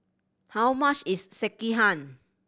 how much is Sekihan